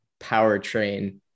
powertrain